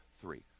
three